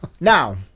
now